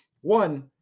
One